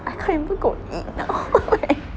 I can't even go eat now right